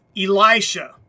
Elisha